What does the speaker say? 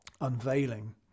unveiling